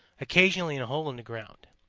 occasionally in a hole in the ground.